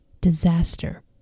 disaster